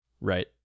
right